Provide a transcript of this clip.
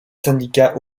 syndicats